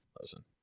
Listen